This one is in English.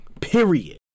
period